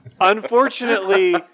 unfortunately